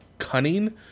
Cunning